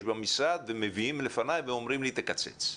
במשרד ומביאים לפניי ואומרים לי לקצץ.